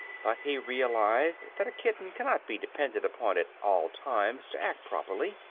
but he realized that a kitten cannot be depended upon at all times to act properly,